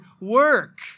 work